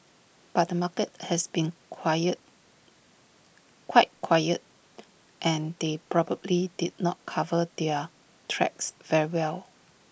but the market has been quiet quite quiet and they probably did not cover their tracks very well